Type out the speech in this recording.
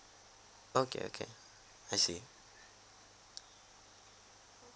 okay okay I see